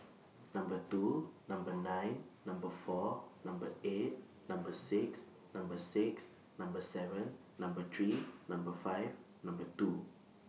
Number two Number nine Number four Number eight Number six Number six Number seven Number three Number five Number two